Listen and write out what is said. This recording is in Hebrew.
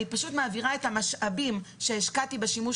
אני פשוט מעבירה את המשאבים שהשקעתי בשימוש